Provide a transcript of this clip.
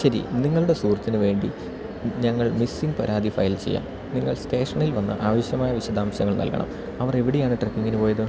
ശരി നിങ്ങളുടെ സുഹൃത്തിന് വേണ്ടി ഞങ്ങൾ മിസ്സിങ് പരാതി ഫയൽ ചെയ്യാം നിങ്ങൾ സ്റ്റേഷനിൽ വന്ന് ആവശ്യമായ വിശദാംശങ്ങൾ നൽകണം അവരെവിടെയാണ് ട്രെക്കിങ്ങിന് പോയത്